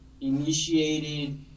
initiated